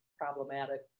problematic